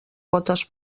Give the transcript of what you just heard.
potes